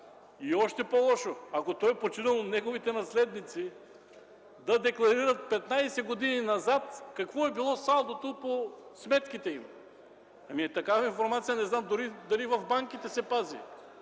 (и още по-лошо – ако то е починало, неговите наследници), да декларират 15 години назад какво е било салдото по сметките им! Ами, такава информация не знам дори дали в банките се пази.